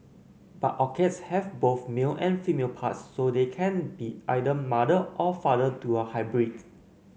but orchids have both male and female parts so they can be either mother or father to a hybrid